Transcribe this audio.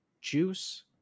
Juice